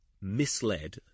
misled